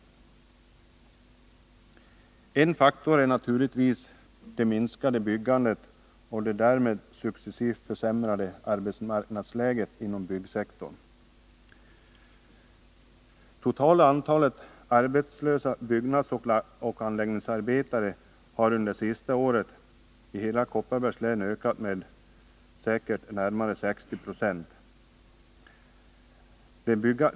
En faktor är naturligtvis det minskade byggandet och det därmed successivt försämrade arbetsmarknadsläget inom byggsektorn. Det totala antalet arbetslösa byggnadsoch anläggningsarbetare har under det senaste året i hela Kopparbergs län ökat med närmare 60 20.